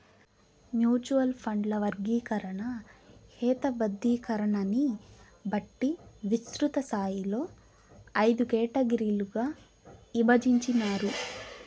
mutual ఫండ్ల వర్గీకరణ, హేతబద్ధీకరణని బట్టి విస్తృతస్థాయిలో అయిదు కేటగిరీలుగా ఇభజించినారు